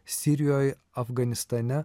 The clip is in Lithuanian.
sirijoj afganistane